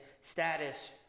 status